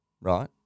right